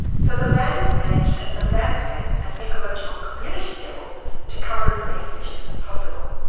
so the land is managed at the landscape and ecological community level to cover as many species as possible.